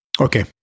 Okay